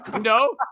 No